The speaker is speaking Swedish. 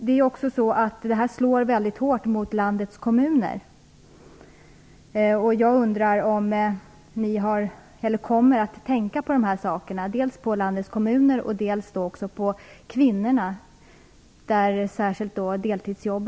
Detta slår också mycket hårt mot landets kommuner. Kommer regeringen att tänka dels på landets kommuner, dels på kvinnorna, som ju ofta är de som har deltidsjobb?